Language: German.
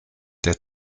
der